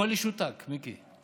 הכול ישותק, מיקי.